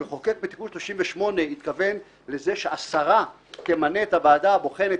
המחוקק בתיקון 38 התכוון לזה שהשרה תמנה את הוועדה הבוחנת,